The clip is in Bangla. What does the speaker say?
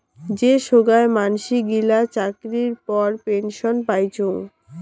যে সোগায় মানসি গিলা চাকরির পর পেনসন পাইচুঙ